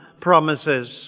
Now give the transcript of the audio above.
promises